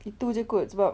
itu jer kot sebab